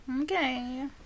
Okay